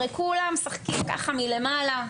הרי כולם משחקים ככה מלמעלה,